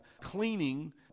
cleaning